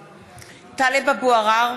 (קוראת בשמות חברי הכנסת) טלב אבו עראר,